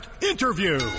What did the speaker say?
Interview